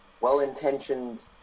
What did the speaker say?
well-intentioned